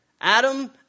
Adam